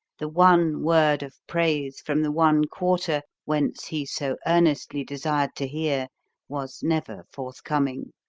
the one word of praise from the one quarter whence he so earnestly desired to hear was never forthcoming.